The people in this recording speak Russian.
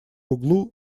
углу